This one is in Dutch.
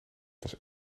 was